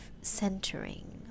centering